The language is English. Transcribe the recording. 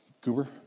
Goober